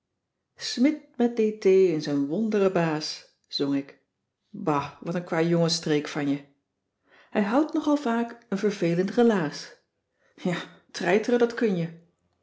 dt is een wondere baas zong ik ba wat een kwajongensstreek van je hij houdt nogal vaak een vervelend relaas ja treiteren dat kun je